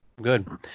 good